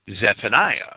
Zephaniah